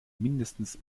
mindestens